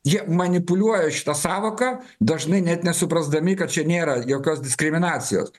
jie manipuliuoja šita sąvoka dažnai net nesuprasdami kad čia nėra jokios diskriminacijos